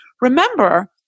remember